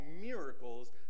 miracles